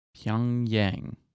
Pyongyang